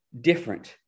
different